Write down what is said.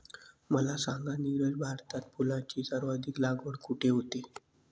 मला सांगा नीरज, भारतात फुलांची सर्वाधिक लागवड कुठे होते?